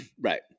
Right